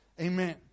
Amen